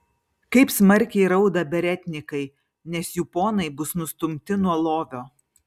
kaip smarkiai rauda beretnikai nes jų ponai bus nustumti nuo lovio